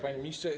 Panie Ministrze!